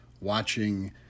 watching